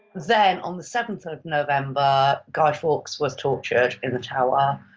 then, on the seventh of november, guy fawkes was tortured in the tower.